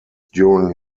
during